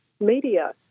media